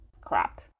crap